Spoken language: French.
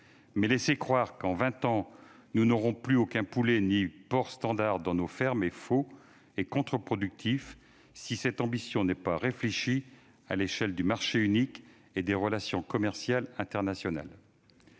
laisser croire que, dans vingt ans, nous n'aurons plus aucun poulet ni porc standard dans nos fermes est faux et contreproductif si cette ambition n'est pas réfléchie à l'échelle du marché unique et des relations commerciales internationales.